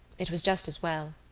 it was just as well.